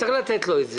צריך לתת לו את זה.